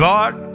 God